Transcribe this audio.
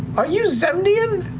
are you zemnian?